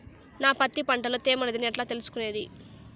నా పత్తి పంట లో తేమ లేదని ఎట్లా తెలుసుకునేది?